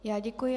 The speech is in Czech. Já děkuji.